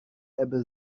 ebbe